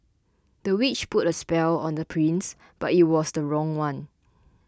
the witch put a spell on the prince but it was the wrong one